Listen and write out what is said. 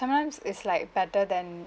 sometimes it's like better than